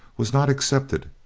was not accepted.